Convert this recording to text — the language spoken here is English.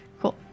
Cool